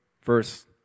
first